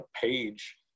page